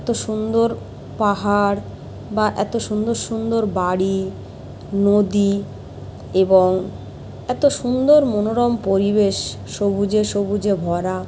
এত সুন্দর পাহাড় বা এত সুন্দর সুন্দর বাড়ি নদী এবং এত সুন্দর মনোরম পরিবেশ সবুজে সবুজে ভরা